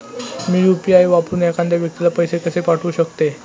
मी UPI वापरून एखाद्या व्यक्तीला पैसे कसे पाठवू शकते?